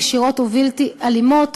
ישירות ובלתי אלימות",